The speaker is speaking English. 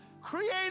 Create